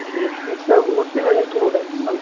जी S T सब उसी में इन्क्लूड है ना